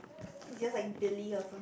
is yours like Billy or some